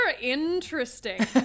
interesting